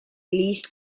least